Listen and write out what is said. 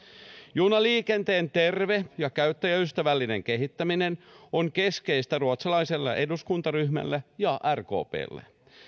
junaliikenteen terve ja käyttäjäystävällinen kehittäminen on keskeistä ruotsalaiselle eduskuntaryhmälle ja rkplle